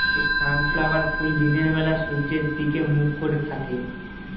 sunflower ফুল দিনের বেলা সূর্যের দিকে মুখ করে থাকে